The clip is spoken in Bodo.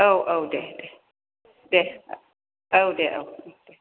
औ औ दे दे दे औ दे औ दे